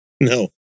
No